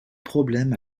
problème